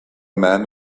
men